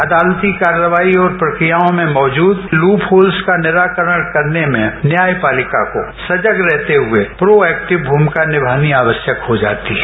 अदालती कार्यवाही और प्रक्रियाओं में मौजूद लूप होल्स का निराकरण करने में न्यायपालिका को सजग रहते हुए प्रोएक्टिव भूमिका निमानी आवश्यक हो जाती है